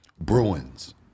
Bruins